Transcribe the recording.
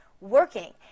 working